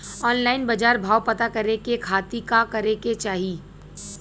Online बाजार भाव पता करे के खाती का करे के चाही?